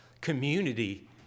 Community